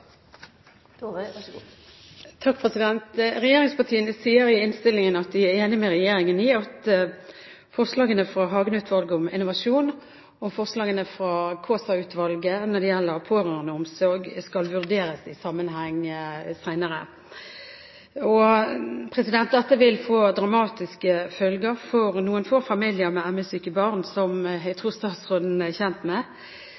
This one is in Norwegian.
skjer så fort, fortere enn om man faktisk skulle begynne å betale ned det lånet som opposisjonen har foreslått. Regjeringspartiene sier i innstillingen at de er enig med regjeringen i at forslagene fra Hagen-utvalget om innovasjon og forslagene fra Kaasa-utvalget når det gjelder pårørendeomsorg, skal vurderes i sammenheng senere. Dette vil få dramatiske følger for noen få familier med ME-syke barn, som jeg